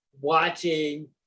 watching